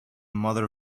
mother